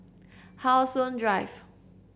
How Sun Drive